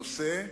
הנושא וההרכב.